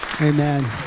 Amen